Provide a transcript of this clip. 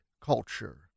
culture